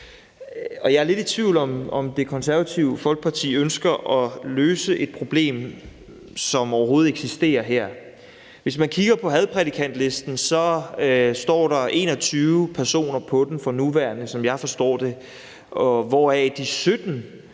Jeg er lidt i tvivl om, om det problem, Det Konservative Folkeparti ønsker at løse, er et problem, som overhovedet eksisterer her. Hvis man kigger på hadprædikantlisten, står der, som jeg forstår det, 21 personer